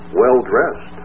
well-dressed